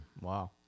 Wow